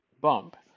bump